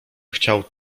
chciał